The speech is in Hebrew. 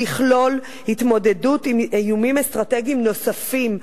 לכלול התמודדות עם איומים אסטרטגיים נוספים,